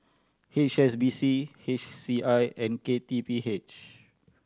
H S B C H C I and K T P H